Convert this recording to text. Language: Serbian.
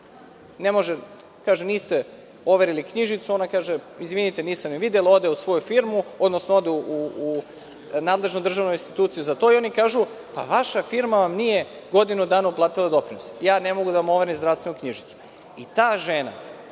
Ili, kaže – niste overili knjižicu. Ona kaže – izvinite, nisam videla. Ode u svoju firmu, odnosno ode u nadležnu državnu instituciju za to i oni kažu – vaša firma vam nije godinu dana uplatila doprinose, ja ne mogu da vam overim zdravstvenu knjižicu. Ta žena